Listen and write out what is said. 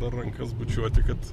dar rankas bučiuoti kad